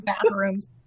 bathrooms